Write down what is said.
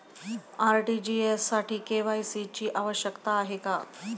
RTGS साठी KYC ची आवश्यकता आहे का?